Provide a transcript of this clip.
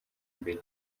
mbere